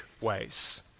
ways